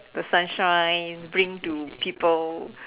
the sunshine bring to people